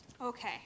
Okay